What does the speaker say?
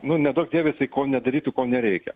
nu neduok dieve jisai ko nedarytų ko nereikia